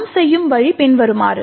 நாம் செய்யும் வழி பின்வருமாறு